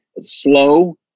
slow